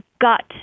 gut